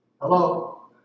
Hello